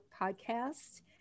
podcast